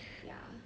ya